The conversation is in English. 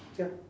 ya